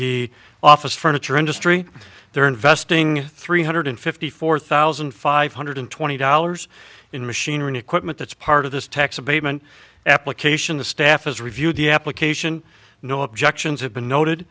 the office furniture industry there investing three hundred fifty four thousand five hundred twenty dollars in machinery and equipment that's part of this tax abatement application the staff has reviewed the application no objections have been